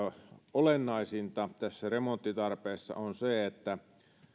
olennaisinta tässä remonttitarpeessa on se että